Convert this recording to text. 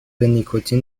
نیکوتین